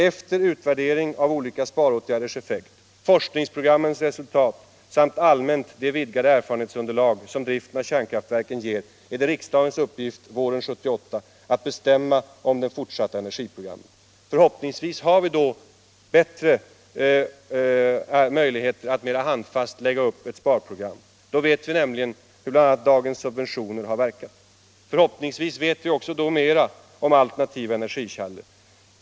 Efter utvärdering av olika sparåtgärders effekt, forskningsprogrammens resultat samt allmänt det vidgade erfarenhetsunderlag som driften av kärnkraftverken ger är det riksdagens uppgift våren 1978 att bestämma om det fortsatta energiprogrammet. Förhoppningsvis har vi då möjligheter att mera handfast lägga upp ett sparprogram. Då vet vi bl.a. hur dagens subventioner har verkat. Förhoppningsvis vet vi då också mer om alternativa energikällor.